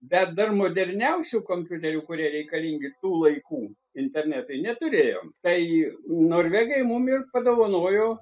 bet dar moderniausių kompiuterių kurie reikalingi tų laikų internetui neturėjom tai norvegai mum ir padovanojo